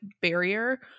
barrier